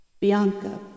Bianca